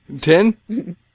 ten